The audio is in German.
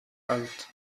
alt